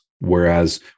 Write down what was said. Whereas